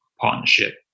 partnership